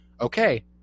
okay